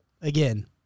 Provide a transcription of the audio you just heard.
again